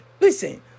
Listen